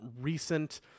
recent